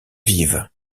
vives